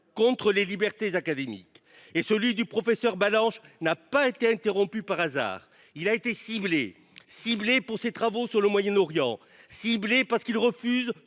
contre les libertés académiques, et celui du professeur Balanche n’a pas été interrompu par hasard. Il a été ciblé : ciblé pour ses travaux sur le Moyen Orient ; ciblé parce qu’il refuse